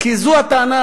כי זו הטענה